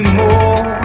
more